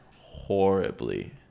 horribly